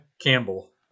Campbell